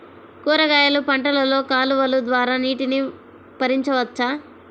కూరగాయలు పంటలలో కాలువలు ద్వారా నీటిని పరించవచ్చా?